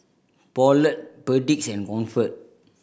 Poulet Perdix and Comfort